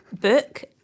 book